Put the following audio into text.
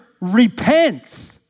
repents